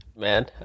Man